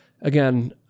Again